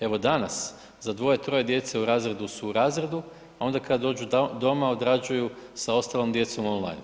Evo danas, dvoje, troje djece u razredu su u razredu, a onda kada dođu doma, odrađuju sa ostalom djecom online.